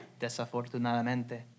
Desafortunadamente